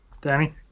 Danny